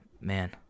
man